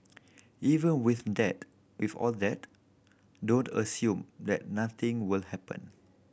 even with that if all that don't assume that nothing will happen